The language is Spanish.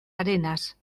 arenas